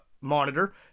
monitor